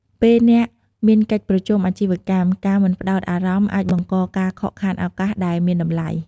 ពេលអ្នកមានកិច្ចប្រជុំអាជីវកម្ម ការមិនផ្ដោតអារម្មណ៍អាចបង្កការខកខានឱកាសដែលមានតម្លៃ។